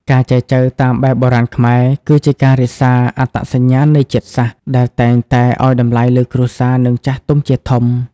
ការចែចូវតាមបែបបុរាណខ្មែរ គឺជាការរក្សា "អត្តសញ្ញាណនៃជាតិសាសន៍" ដែលតែងតែឱ្យតម្លៃលើគ្រួសារ និងចាស់ទុំជាធំ។